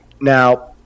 now